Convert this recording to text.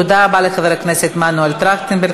תודה רבה לחבר הכנסת מנואל טרכטנברג.